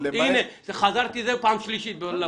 הנה, חזרתי על זה פעם שלישית לפרוטוקול,